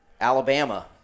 Alabama